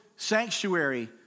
sanctuary